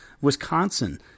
Wisconsin